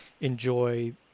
enjoy